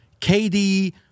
KD